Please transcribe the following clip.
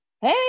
hey